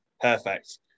Perfect